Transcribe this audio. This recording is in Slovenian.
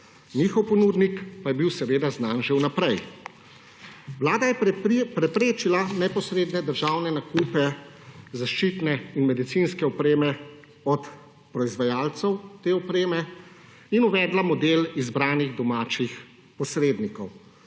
njihov ponudnik pa je bil seveda znan že vnaprej. Vlada je preprečila neposredne državne nakupe zaščitne in medicinske opreme od proizvajalcev te opreme in uvedla model izbranih domačih posrednikov.